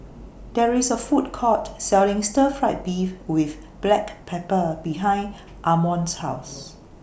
There IS A Food Court Selling Stir Fried Beef with Black Pepper behind Amon's House